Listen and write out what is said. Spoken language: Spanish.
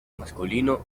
masculino